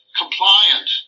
compliant